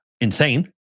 insane